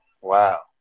Wow